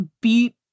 beat